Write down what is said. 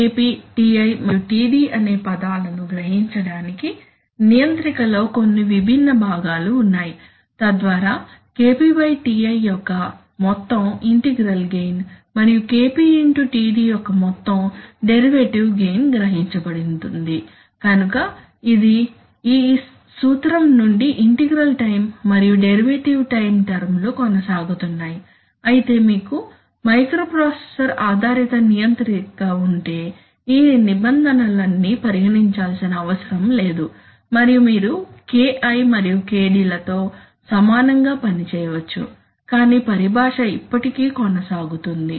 కాబట్టి KP Ti మరియు Td అనే పదాలను గ్రహించడానికి నియంత్రిక లో కొన్ని విభిన్న భాగాలు ఉన్నాయి తద్వారా KPTI యొక్క మొత్తం ఇంటిగ్రల్ గెయిన్ మరియు KPXTD యొక్క మొత్తం డెరివేటివ్ గెయిన్ గ్రహించబడుతుంది కనుక ఇది ఆ సూత్రం నుండి ఇంటిగ్రల్ టైం మరియు డెరివేటివ్ టైం టర్మ్ లు కొనసాగుతున్నాయి అయితే మీకు మైక్రోప్రాసెసర్ ఆధారిత నియంత్రిక ఉంటే ఈ నిబంధనలన్నీ పరిగణించాల్సిన అవసరం లేదు మరియు మీరు KI మరియు KD లతో సమానంగా పని చేయవచ్చు కానీ పరిభాష ఇప్పటికీ కొనసాగుతుంది